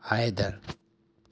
Haider